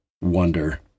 wonder